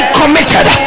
committed